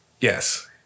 Yes